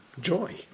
joy